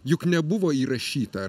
juk nebuvo įrašyta